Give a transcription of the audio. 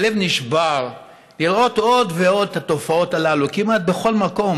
הלב נשבר לראות עוד ועוד את התופעות הללו כמעט בכל מקום,